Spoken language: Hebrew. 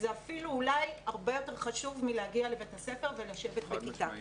זה אפילו אולי הרבה יותר חשוב מלהגיע לבית הספר ולשבת בכיתה.